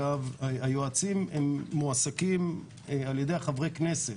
הם מועסקים על ידי חברי הכנסת.